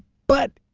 but,